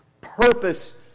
purpose